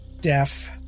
deaf